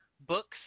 books